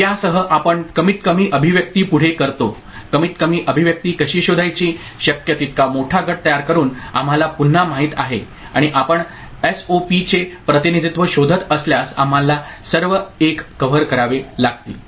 तर यासह आपण कमीतकमी अभिव्यक्ती पुढे करतो कमीतकमी अभिव्यक्ती कशी शोधायची शक्य तितका मोठा गट तयार करून आम्हाला पुन्हा माहित आहे आणि आपण एसओपीचे प्रतिनिधित्व शोधत असल्यास आम्हाला सर्व 1 कव्हर करावे लागतील